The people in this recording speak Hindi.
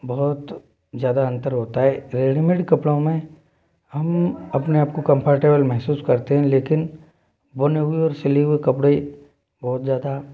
बहुत ज़्यादा अंतर होता है रेडीमेड कपड़ों में हम अपने आप को कंफर्टेबल महसूस करते हैं लेकिन बुने हुए और सिले हुए कपड़े बहुत ज़्यादा